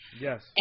yes